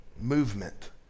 movement